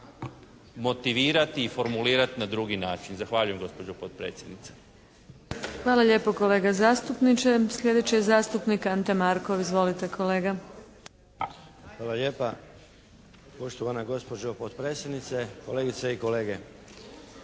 motivirati i formulirati na drugi način. Zahvaljujem gospođo potpredsjednice. **Adlešič, Đurđa (HSLS)** Hvala lijepo kolega zastupniče. Sljedeći je zastupnik Ante Markov. Izvolite kolega. **Markov, Ante (HSS)** Hvala lijepa. Poštovana gospođo potpredsjednice, kolegice i kolege.